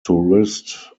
tourist